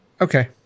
Okay